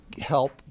help